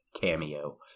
cameo